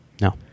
No